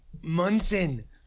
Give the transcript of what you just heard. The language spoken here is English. Munson